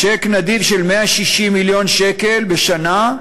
צ'ק נדיב של 160 מיליון שקל בשנה,